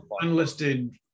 unlisted